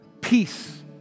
peace